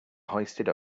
hoisted